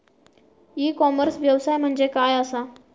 E commerce व्यवसाय म्हणजे काय असा?